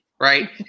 Right